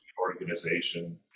organization